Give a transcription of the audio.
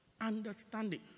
Understanding